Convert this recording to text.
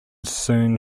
soon